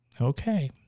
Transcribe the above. Okay